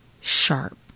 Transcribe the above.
sharp